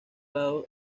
lado